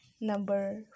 Number